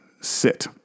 sit